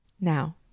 Now